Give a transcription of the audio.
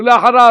ואחריו,